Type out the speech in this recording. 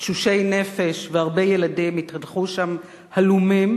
תשושי נפש והרבה ילדים התהלכו שם הלומים,